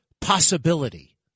possibility